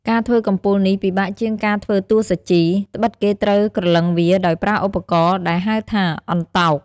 ការធ្វើកំពូលនេះ ពិបាកជាងការធ្វើតួសាជី ដ្បិតគេត្រូវក្រឡឹងវាដោយប្រើឧបករណ៍ដែលហៅថាអន្ទោក។